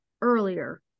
earlier